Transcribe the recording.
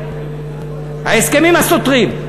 ההסכמים הסותרים.